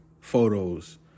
photos